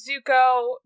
Zuko